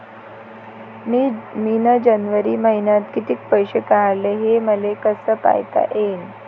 मिन जनवरी मईन्यात कितीक पैसे काढले, हे मले कस पायता येईन?